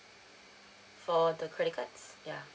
for the credit cards ya